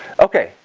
okay?